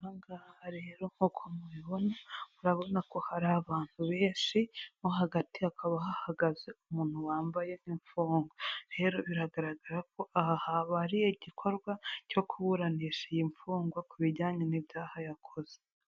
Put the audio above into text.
Aha ngaha rero nk'uko mubibona, urabona ko hari abantu benshi mo hagati hakaba hahagaze umuntu wambaye nk'imfungwa. Rero biragaragara ko aha habaye igikorwa cyo kuburanisha iyi mfungwa ku bijyanye n'ibyaha yakoze.